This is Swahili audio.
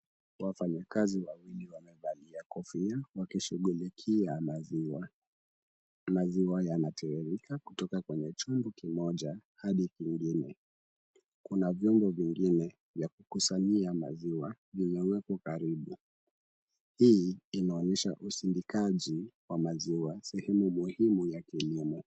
Wafanyikazi wawili wamevalia kofia wakishughulikia maziwa. Maziwa yanatiririka kutoka kwenye chombo kimoja hadi kingine. Kuna vyombo vingine vya kukusanyia maziwa vimewekwa karibu. Hii inaonyesha usindikaji wa maziwa sehemu muhimu ya kilimo.